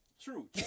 true